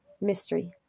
Mystery